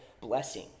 blessing